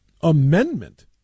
amendment